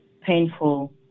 painful